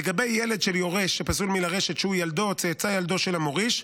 לגבי ילד של יורש שפסול מלרשת שהוא ילדו או צאצא ילדו של המוריש,